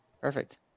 Perfect